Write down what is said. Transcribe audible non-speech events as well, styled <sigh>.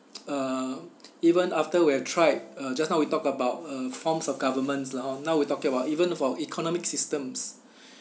<noise> uh even after we have tried uh just now we talked about uh forms of governments lah hor now we talking about even for economic systems